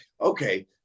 okay